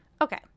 Okay